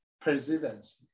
presidency